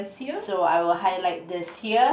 so I will highlight this here